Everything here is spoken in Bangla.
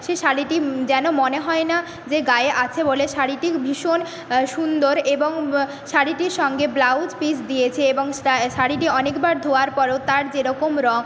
সেই শাড়িটি যেন মনে হয় না যে গায়ে আছে বলে শাড়িটি ভীষণ সুন্দর এবং শাড়িটির সঙ্গে ব্লাউজ পিস দিয়েছে এবং শা শাড়িটি অনেকবার ধোয়ার পরেও তার যেরকম রং